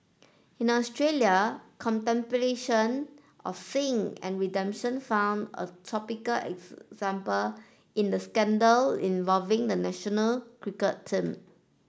in Australia contemplation of sin and redemption found a topical example in the scandal involving the national cricket team